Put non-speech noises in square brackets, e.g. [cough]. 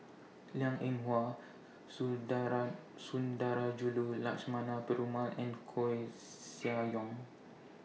Liang Eng Hwa [unintelligible] Sundarajulu Lakshmana Perumal and Koeh Sia Yong